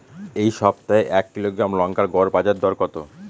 এই সপ্তাহে এক কিলোগ্রাম লঙ্কার গড় বাজার দর কত?